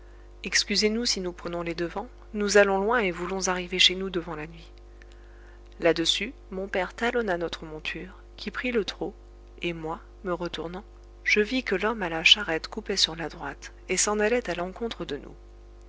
excusez nous si nous prenons les devants nous allons loin et voulons arriver chez nous devant la nuit là-dessus mon père talonna notre monture qui prit le trot et moi me retournant je vis que l'homme à la charrette coupait sur la droite et s'en allait à l'encontre de nous